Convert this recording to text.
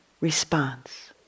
response